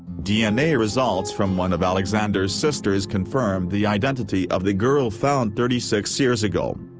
dna results from one of alexander's sisters confirmed the identity of the girl found thirty six years ago.